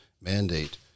mandate